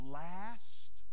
last